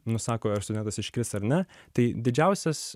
nusako ar studentas iškris ar ne tai didžiausias